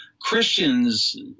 Christians